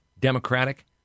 democratic